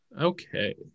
Okay